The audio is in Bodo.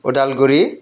उदालगुरि